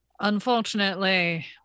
Unfortunately